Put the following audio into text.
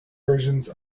versions